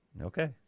Okay